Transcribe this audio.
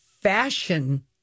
Fashion